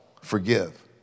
forgive